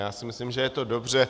Já si myslím, že je to dobře.